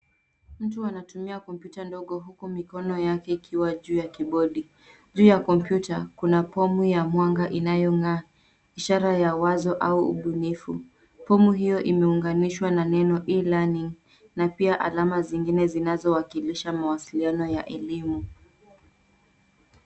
Mtu anatumia kompyuta ndogo huku mikono yake ikiwa juu ya kibodi. Juu ya kompyuta kuna fomu ya mwanga inayong'aa ishara ya wazo au ubunifu. Fomu hiyo imeunganishwa na neno (cs)E-learning (cs) na pia alama zingine zinazowakilisha mawasiliano ya elimu.